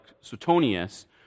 Suetonius